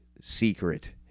secret